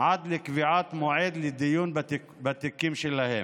עד לקביעת מועד לדיון בתיקים שלהם.